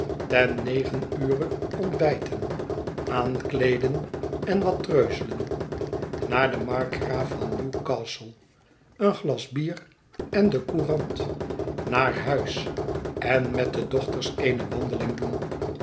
ten negen ure ontbyten aankleeden en wat treuzelen naar de markgraaf van newcastle een glas bier en de courant naar huis en met de dochters eene wandeling doen